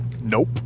Nope